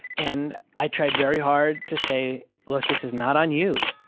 and i tried very hard to say, look, this is not on you,